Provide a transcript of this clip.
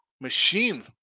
machine